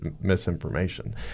misinformation